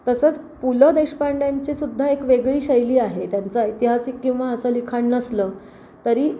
तसंच पु ल देशपांड्यांची सुद्धा एक वेगळी शैली आहे त्यांचं ऐतिहासिक किंवा असं लिखाण नसलं तरी